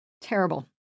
Terrible